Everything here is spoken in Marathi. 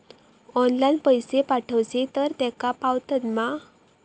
ऑनलाइन पैसे पाठवचे तर तेका पावतत मा?